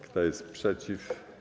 Kto jest przeciw?